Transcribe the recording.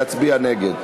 להצביע נגד.